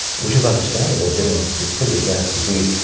which is understandable, given this pretty advanced disease,